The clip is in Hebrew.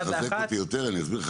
אתה רק מחזק אותי יותר ואני אסביר לך